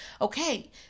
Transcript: Okay